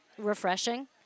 refreshing